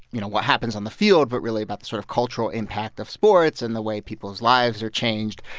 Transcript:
you know, what happens on the field, but really about the sort of cultural impact of sports and the way people's lives are changed.